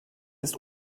ist